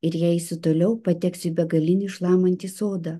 ir jei eisiu toliau pateksiu į begalinį šlamantį sodą